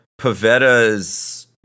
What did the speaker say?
Pavetta's